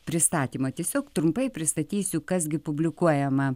pristatymą tiesiog trumpai pristatysiu kas gi publikuojama